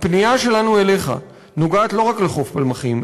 הפנייה שלנו אליך נוגעת לא רק לחוף פלמחים,